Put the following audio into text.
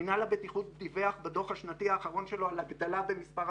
מינהל הבטיחות דיווח בדוח השנתי האחרון שלו על הגדלה במספר